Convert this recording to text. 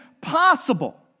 possible